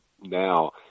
now